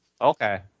okay